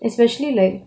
especially like